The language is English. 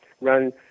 run